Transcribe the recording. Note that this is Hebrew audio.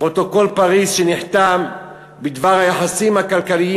פרוטוקול פריז שנחתם בדבר היחסים הכלכליים